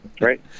Right